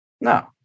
No